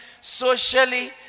socially